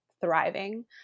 thriving